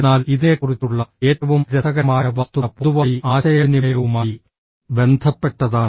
എന്നാൽ ഇതിനെക്കുറിച്ചുള്ള ഏറ്റവും രസകരമായ വസ്തുത പൊതുവായി ആശയവിനിമയവുമായി ബന്ധപ്പെട്ടതാണ്